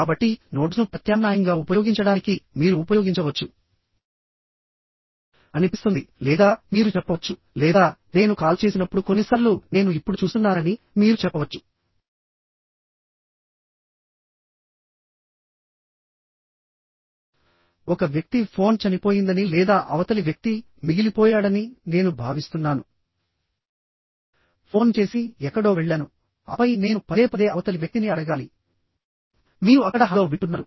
కాబట్టి నోడ్స్ను ప్రత్యామ్నాయంగా ఉపయోగించడానికి మీరు ఉపయోగించవచ్చు అనిపిస్తుంది లేదా మీరు చెప్పవచ్చు లేదా నేను కాల్ చేసినప్పుడు కొన్నిసార్లు నేను ఇప్పుడు చూస్తున్నానని మీరు చెప్పవచ్చు ఒక వ్యక్తి ఫోన్ చనిపోయిందని లేదా అవతలి వ్యక్తి మిగిలిపోయాడని నేను భావిస్తున్నాను ఫోన్ చేసి ఎక్కడో వెళ్ళాను ఆపై నేను పదేపదే అవతలి వ్యక్తిని అడగాలి మీరు అక్కడ హలో వింటున్నారు